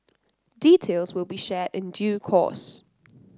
details will be shared in due course